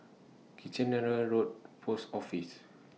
Kitchener Road Post Office